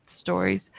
stories